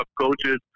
coaches